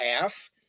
half